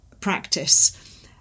practice